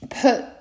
put